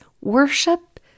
worship